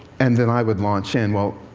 and then i would launch in. well,